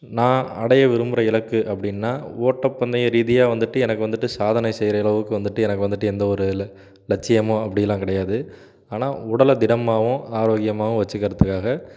நான் அடைய விரும்புற இலக்கு அப்படின்னா ஓட்டப்பந்தயம் ரீதியாக வந்துவிட்டு எனக்கு வந்துவிட்டு சாதனை செய்யற அளவுக்கு வந்துவிட்டு எனக்கு வந்துவிட்டு எந்த ஒரு ல லட்சியமோ அப்படில்லாம் கிடையாது ஆனால் உடலை திடமாகவும் ஆரோக்கியமாகவும் வச்சிக்கறதுக்காக